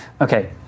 Okay